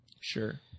Sure